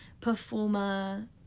performer